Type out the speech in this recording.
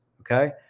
Okay